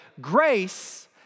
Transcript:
grace